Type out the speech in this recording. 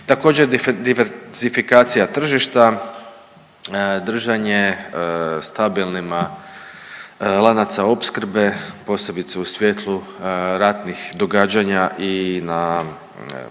Također diverzifikacija tržišta, držanje stabilnima lanaca opskrbe posebice u svjetlu ratnih događanja i na